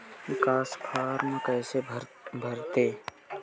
निकास फारम कइसे भरथे?